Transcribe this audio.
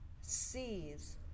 sees